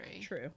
True